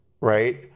Right